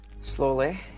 Slowly